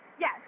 Yes